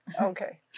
Okay